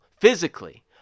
physically